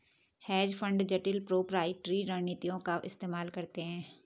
hedge fund जटिल proprietary रणनीतियों का इस्तेमाल करते हैं